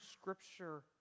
Scripture